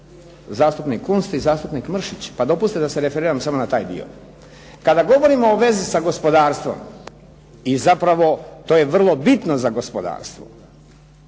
zastupnik Kunst i zastupnik Mršić pa dopustite da se referiram samo na taj dio. Kada govorimo o vezi sa gospodarstvom i zapravo to je vrlo bitno za gospodarstvo